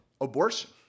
abortion